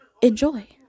enjoy